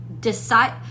decide